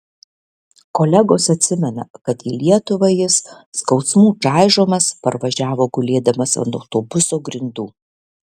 kolegos atsimena kad į lietuvą jis skausmų čaižomas parvažiavo gulėdamas ant autobuso grindų